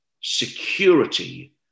security